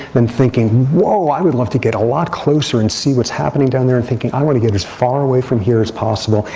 then thinking, whoa, i would love to get a lot closer and see what's happening down there. and thinking, i want to get as far away from here as possible.